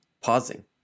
pausing